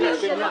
שנייה,